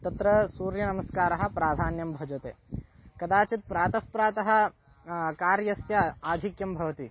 तत्र सूर्यनमस्कारः प्राधान्यं भजते कदाचित् प्रातः प्रातः कार्यस्य आधिक्यं भवति